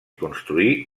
construí